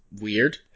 weird